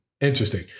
interesting